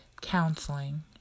counseling